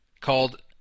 called